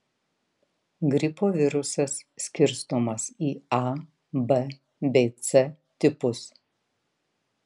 gripo virusas skirstomas į a b bei c tipus